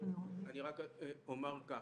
אני רק אומר כך: